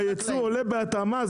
הייצור עולה בהתאמה,